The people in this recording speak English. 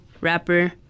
rapper